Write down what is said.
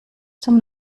zum